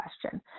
question